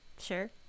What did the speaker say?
Sure